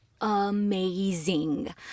amazing